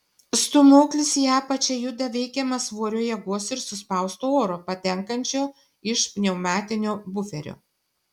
stūmoklis į apačią juda veikiamas svorio jėgos ir suspausto oro patenkančio iš pneumatinio buferio